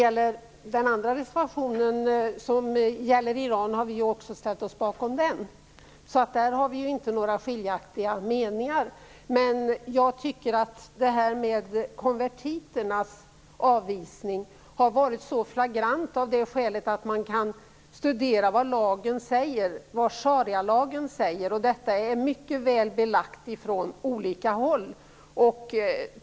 Herr talman! Vi har också ställt oss bakom den andra reservationen som gäller Iran. Där finns inga skiljaktiga meningar. Jag tycker att avvisningen av konvertiterna har varit så flagrant av det skälet att man kan studera vad sharialagen säger. Detta är mycket väl belagt från olika håll.